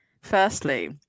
Firstly